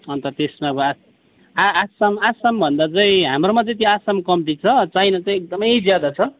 अनि त त्यसमा आ आ आसाम आसामभन्दा चाहिँ हाम्रोमा चाहिँ त्यो आसाम कम्ती छ चाइना चाहिँ एकदमै ज्यादा छ